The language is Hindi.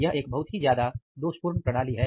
यह एक बहुत बहुत ज्यादा ही दोषपूर्ण प्रणाली है